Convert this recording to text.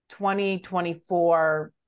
2024